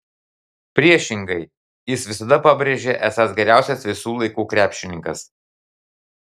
priešingai jis visada pabrėžia esąs geriausias visų laikų krepšininkas